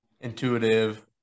intuitive